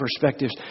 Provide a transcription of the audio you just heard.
perspectives